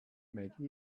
make